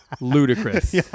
ludicrous